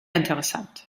interessant